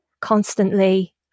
constantly